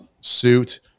suit